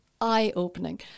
eye-opening